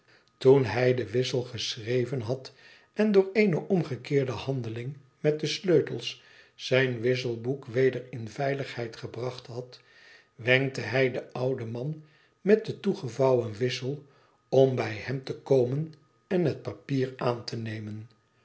toen bij den wissel geschreven had en door eene omgekeerde handeling met de sleutels zijn wisselboek weder in veiligheid gebracht had wenkte hij den ouden man met den toegevouwen wissel om bij hem te komen en het papier aan te nemen